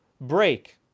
break